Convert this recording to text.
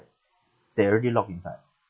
they already lock inside